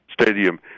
Stadium